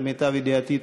למיטב ידיעתי,